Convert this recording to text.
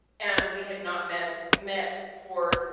and we had not met met for